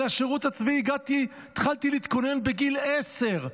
אל השירות הצבאי התחלתי להתכונן בגיל עשר.